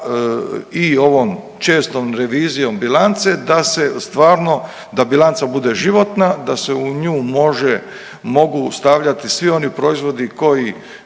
i ovom čestom revizijom bilance da se stvarno da bilanca bude životna, da se u nju može, mogu stavljati svi oni proizvodi koji